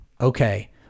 okay